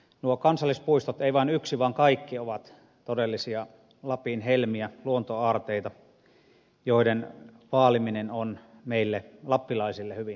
nuo kansallispuistot ei vain yksi vaan kaikki ovat todellisia lapin helmiä luontoaarteita joiden vaaliminen on meille lappilaisille hyvin tärkeä asia